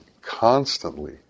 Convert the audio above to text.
constantly